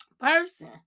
person